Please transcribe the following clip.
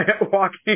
walking